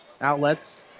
Outlets